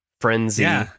Frenzy